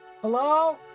Hello